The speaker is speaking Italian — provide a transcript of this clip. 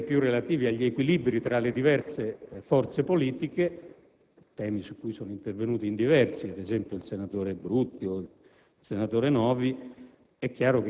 problemi più relativi agli equilibri tra le diverse forze politiche (temi su cui sono intervenuti in diversi, ad esempio il senatore Paolo Brutti e il senatore Novi),